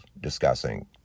discussing